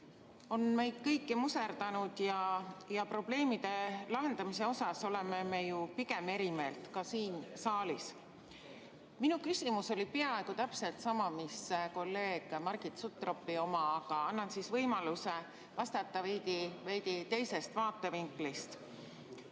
on meid kõiki muserdanud. Probleemide lahendamise tee suhtes oleme ju pigem eri meelt, ka siin saalis. Minu küsimus on peaaegu täpselt sama, mis oli kolleeg Margit Sutropil, aga annan võimaluse vastata veidi teisest vaatevinklist.